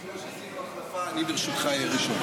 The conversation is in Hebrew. בגלל שעשינו החלפה, אני, ברשותך, אהיה ראשון.